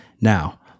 Now